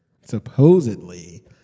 Supposedly